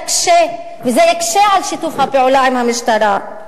וזה יקשה על שיתוף הפעולה עם המשטרה.